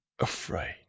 afraid